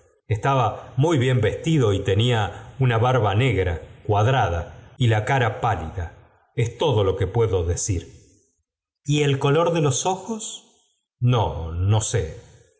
estaba muy bien vestido y tenía una barba negra cuadrada y la cara pálida es todo lo que puedo decir y el color de los ojos no no só